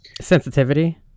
Sensitivity